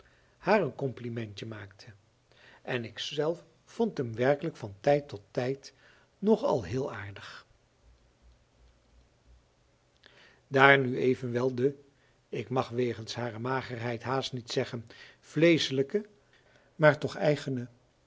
haar een complimentje maakte en ik zelf vond hem werkelijk van tijd tot tijd nog al heel aardig daar nu evenwel de ik mag wegens hare magerheid haast niet zeggen vleeschelijke maar toch